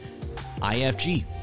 IFG